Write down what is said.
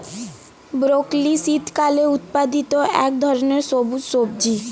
broccoli শীতকালে উৎপাদিত এক ধরনের সবুজ সবজি